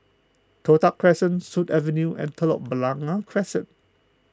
Toh Tuck Crescent Sut Avenue and Telok Blangah Crescent